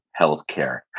healthcare